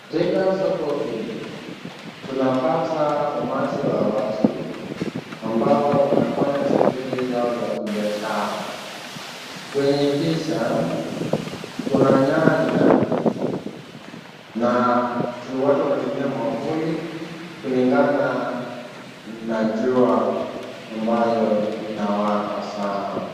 Katika soko hili tunapata umati wa watu ambao wanafanya shughuli zao za kibiashara. Kwenye picha kuna nyanya na watu wanatumia mwavuli kulingana na jua ambalo linawaka sana.